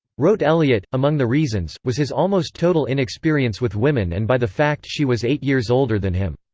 wrote elliott among the reasons, was his almost total inexperience with women and by the fact she was eight years older than him.